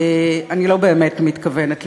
אני לא באמת מתכוונת לזה,